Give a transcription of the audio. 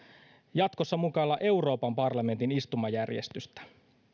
jatkossa mukailla euroopan parlamentin istumajärjestystä